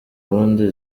ubundi